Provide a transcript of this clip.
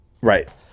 right